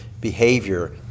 behavior